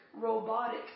robotic